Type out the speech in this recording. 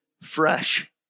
fresh